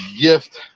gift